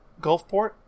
Gulfport